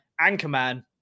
Anchorman